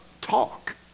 talk